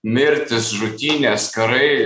mirtys žudynės karai